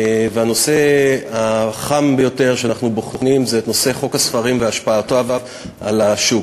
והנושא החם ביותר שאנחנו בוחנים הוא נושא חוק הספרים והשפעותיו על השוק.